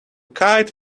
kite